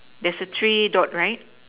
there's a tree dot right